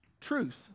truth